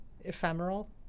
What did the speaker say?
ephemeral